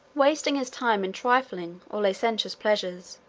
wasting his time in trifling or licentious pleasures,